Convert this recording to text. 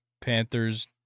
Panthers